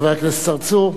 חבר הכנסת צרצור.